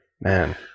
man